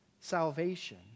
Salvation